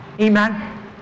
amen